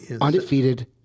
undefeated